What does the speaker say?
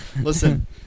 listen